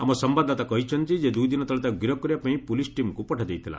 ଆମ ସମ୍ଘାଦଦାତା କହିଛନ୍ତି ଯେ ଦୁଇଦିନ ତଳେ ତାକୁ ଗିରଫ କରିବା ପାଇଁ ପୁଲିସ୍ ଟିମ୍କୁ ପଠାଯାଇଥିଲା